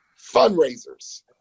fundraisers